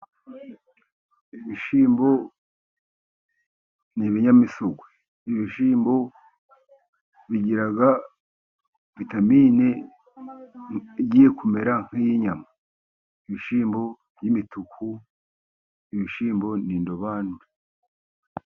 Ibishyimbo ni ibinyamisogwe. Ibishyimbo bigira vitamini igiye kumera nk'iy'inyama. Ibishimbo by'imituku, ibishyimbo ni indobanure.